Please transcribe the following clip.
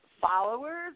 followers